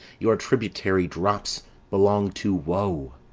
your tributary drops belong to woe,